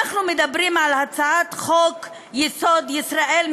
אנחנו מדברים על הצעת חוק-יסוד: ישראל,